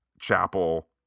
chapel